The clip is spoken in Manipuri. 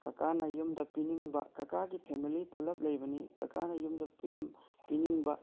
ꯀꯀꯥꯅ ꯌꯨꯝꯗ ꯄꯤꯅꯤꯡꯕ ꯀꯀꯥꯒꯤ ꯐꯦꯃꯂꯤ ꯄꯨꯂꯞ ꯂꯩꯕꯅꯤ ꯀꯀꯥꯅ ꯌꯨꯝꯗ ꯄꯤꯅꯤꯡꯕ